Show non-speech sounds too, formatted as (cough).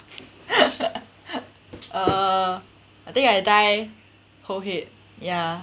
(laughs) uh I think I dye whole head ya